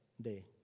day